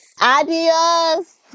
Adios